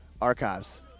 archives